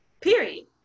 period